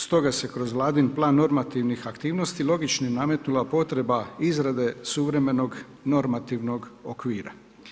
Stoga se kroz Vladin plan normativnih aktivnosti logičnim nametnula potreba izrade suvremenog normativnog okvira.